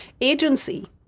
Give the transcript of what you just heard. agency